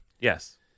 Yes